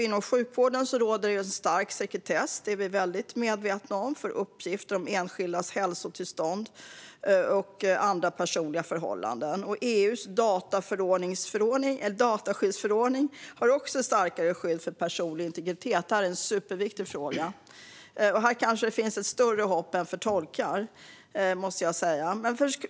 Inom sjukvården råder stark sekretess - det är vi väldigt medvetna om - för uppgifter om enskildas hälsotillstånd och andra personliga förhållanden. EU:s dataskyddsförordning har ett ännu starkare skydd för personlig integritet. Detta är en superviktig fråga, och här kanske hoppet är större än när det gäller tolkar, måste jag säga.